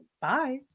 Bye